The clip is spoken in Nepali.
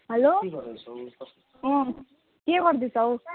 हल्लो अँ के गर्दैछौ